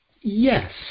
Yes